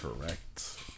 correct